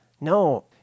No